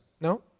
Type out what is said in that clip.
no